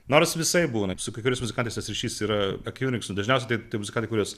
nors visaip būna su kai kuriais muzikantais tas ryšys yra akimirksniu dažniausiai tai muzikantai kuriuos